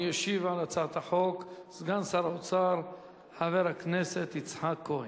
ישיב על הצעת החוק סגן שר האוצר חבר הכנסת יצחק כהן.